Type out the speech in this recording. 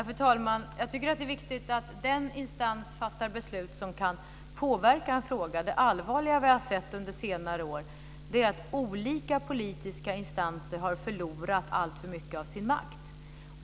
Fru talman! Jag tycker att det är viktigt att det är den instans som kan påverka en fråga som fattar beslut. Det allvarliga som vi har sett under senare år är att olika politiska instanser har förlorat alltför mycket av sin makt.